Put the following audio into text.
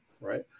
right